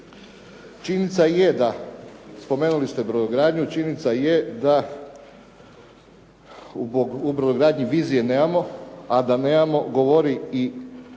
Činjenica je, spomenuli ste brodogradnju, činjenica je da u brodogradnji vizije nemamo, a da nemamo govori i